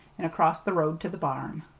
and across the road to the barn.